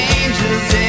angels